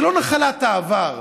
זה לא נחלת העבר,